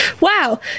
wow